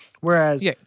Whereas